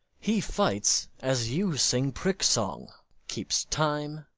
he fights as you sing prick-song keeps time,